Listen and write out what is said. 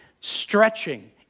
stretching